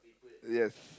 yes